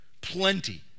Plenty